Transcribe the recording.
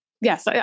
Yes